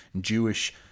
Jewish